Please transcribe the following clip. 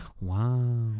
Wow